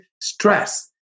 stress